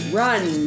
run